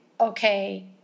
okay